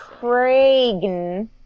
Cragen